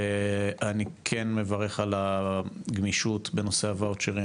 אני כן מברך על הגמישות בנושא הוואוצ'רים